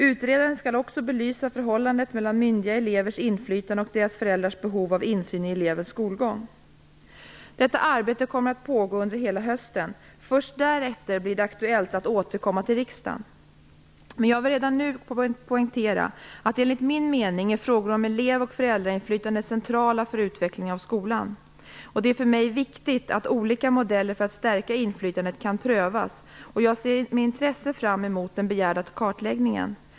Utredaren skall också belysa förhållandet mellan myndiga elevers inflytande och deras föräldrars behov av insyn i elevens skolgång. Detta arbete kommer att pågå under hela hösten. Först därefter blir det aktuellt att återkomma till riksdagen. Jag vill redan nu poängtera att enligt min mening är frågor om elev och föräldrainflytande centrala för utvecklingen av skolan. Det är för mig viktigt att olika modeller för att stärka inflytandet kan prövas, och jag ser med intresse fram mot den begärda kartläggningen.